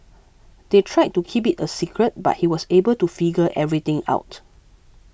they tried to keep it a secret but he was able to figure everything out